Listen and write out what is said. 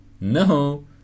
no